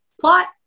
plot